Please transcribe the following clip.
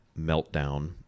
meltdown